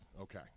Okay